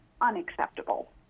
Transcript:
unacceptable